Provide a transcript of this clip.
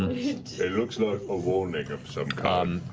it it looks like a warning of some kind.